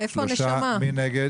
3. מי נגד?